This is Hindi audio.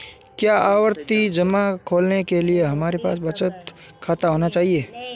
क्या आवर्ती जमा खोलने के लिए हमारे पास बचत खाता होना चाहिए?